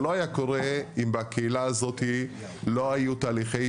זה לא היה קורה אם בקהילה הזאתי לא היו תהליכי